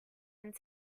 and